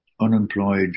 unemployed